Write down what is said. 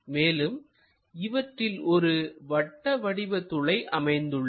மேலும் இவற்றில் ஒரு வட்டவடிவ துளை அமைந்துள்ளது